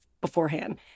beforehand